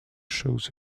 shows